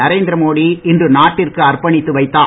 நரேந்திர மோடி இன்று நாட்டிற்கு அர்ப்பணித்து வைத்தார்